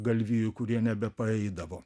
galvijų kurie nebepaeidavo